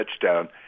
touchdown